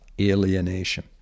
alienation